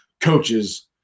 coaches